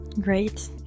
great